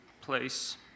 place